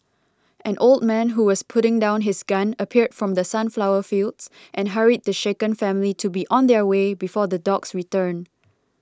an old man who was putting down his gun appeared from the sunflower fields and hurried the shaken family to be on their way before the dogs return